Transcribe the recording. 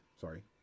Sorry